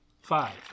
Five